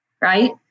Right